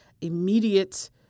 immediate